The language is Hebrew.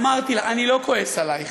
אמרתי לך, אני לא כועס עלייך,